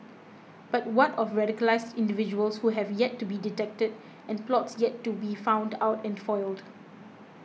but what of radicalised individuals who have yet to be detected and plots yet to be found out and foiled